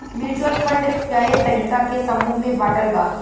mutual fund कए तरीका के समूह में बाटल बा